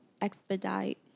expedite